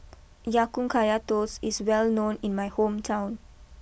Ya Kun Kaya Toast is well known in my hometown